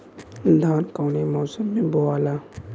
धान कौने मौसम मे बोआला?